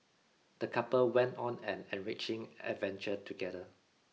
the couple went on an enriching adventure together